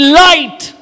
light